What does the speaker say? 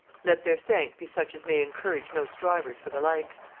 let their thank be such as may encourage no strivers for the like.